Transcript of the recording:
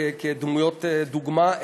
כדמויות דוגמה,